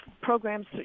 programs